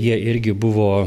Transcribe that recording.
jie irgi buvo